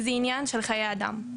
זה עניין של חיי אדם.